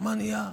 מה נהיה?